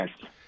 yes